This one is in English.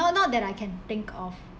not not that I can think of